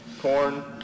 Corn